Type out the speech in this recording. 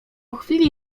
chwili